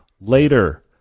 later